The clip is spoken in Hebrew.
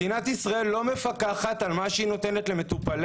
מדינת ישראל לא מפקחת על מה שהיא נותנת למטופליה.